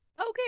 okay